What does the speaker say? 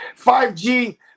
5G